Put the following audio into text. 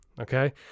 Okay